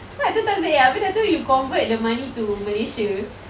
so like two thousand eight abeh dah tu you convert the money to malaysia